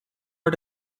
her